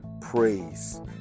praise